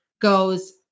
goes